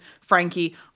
Frankie